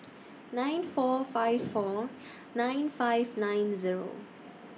nine four five four nine five nine Zero